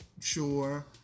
sure